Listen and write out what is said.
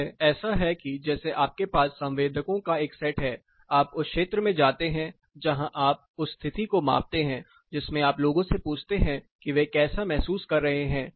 यह ऐसा है कि जैसे आपके पास संवेदकों का एक सेट है आप उस क्षेत्र में जाते हैं जहां आप उस स्थिति को मापते हैं जिसमें आप लोगों से पूछते हैं कि वे कैसा महसूस कर रहे हैं